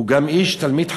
הוא גם תלמיד חכם,